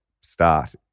start